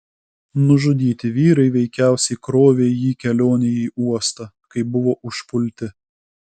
nužudyti vyrai veikiausiai krovė jį kelionei į uostą kai buvo užpulti